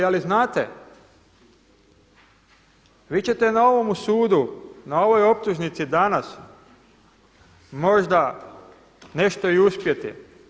Ali znate, vi ćete na ovomu sudu, na ovoj optužnici danas možda nešto i uspjeti.